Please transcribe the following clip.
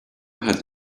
had